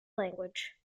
language